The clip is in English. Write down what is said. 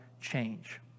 change